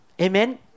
Amen